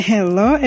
Hello